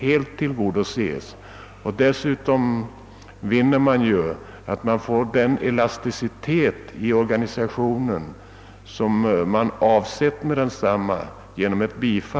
Genom ett bifall till utskottets förslag på denna punkt vin ner man den elasticitet i organisationen som man avsett med densamma.